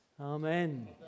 Amen